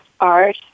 art